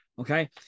okay